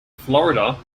florida